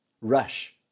rush